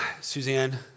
Suzanne